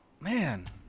man